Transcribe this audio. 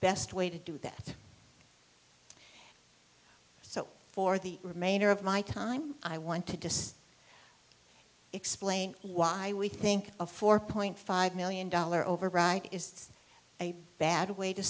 best way to do that so for the remainder of my time i want to destroy explain why we think a four point five million dollar override is a bad way to